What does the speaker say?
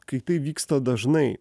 kai tai vyksta dažnai